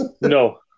No